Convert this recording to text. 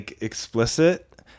explicit